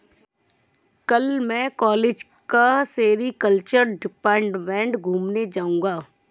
कल मैं कॉलेज का सेरीकल्चर डिपार्टमेंट घूमने जाऊंगा